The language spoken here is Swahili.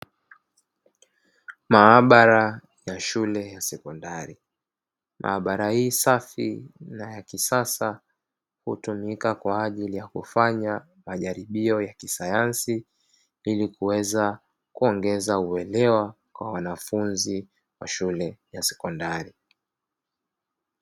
Maabara ya shule ya sekondari, maabara hii safi na ya kisasa hutumika kwajili ya kufanya majaribio ya kisayansi ili kuweza kuongeza uelewa kwa wanafunzi wa shule ya sekondari.